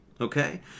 Okay